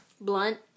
blunt